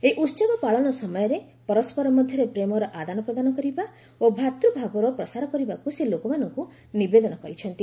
ଏହି ଉହବପାଳନ ସମୟରେ ପରସ୍କର ମଧ୍ୟରେ ପ୍ରେମର ଆଦାନ ପ୍ରଦାନ କରିବା ଓ ଭ୍ରାତୂଭାବର ପ୍ରସାର କରିବାକୁ ସେ ଲୋକମାନଙ୍କୁ ନିବେଦନ କରିଛନ୍ତି